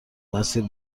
مسیر